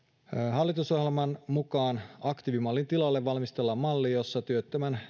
hallitusohjelman mukaan aktiivimallin tilalle valmistellaan malli jossa työttömän